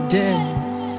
dance